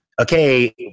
okay